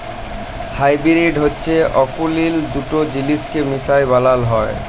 hybrid হছে অকুলীল দুট জিলিসকে মিশায় বালাল হ্যয়